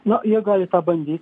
na jie gali tą pabandyt